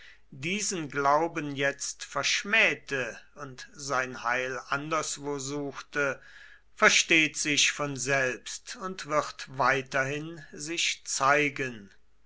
diesen glauben jetzt verschmähte und sein heil anderswo suchte versteht sich von selbst und wird weiterhin sich zeigen